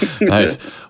nice